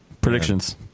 Predictions